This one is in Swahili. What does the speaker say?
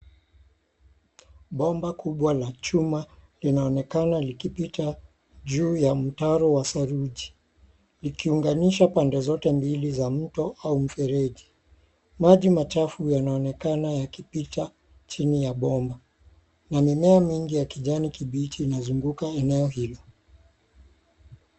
Bomba kubwa la chuma linaonekana likipita juu ya mtaro wa saruji. likiunganisha pande zote mbili za mto au mfereji. Maji machafu yanaonekana yakipita chini ya bomba. Na mimea mingi ya kijani kibichi inazunguka eneo hilo.